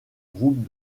groupes